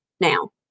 Now